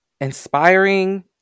inspiring